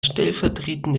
stellvertretende